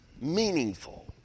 meaningful